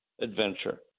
Adventure